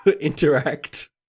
interact